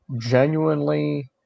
genuinely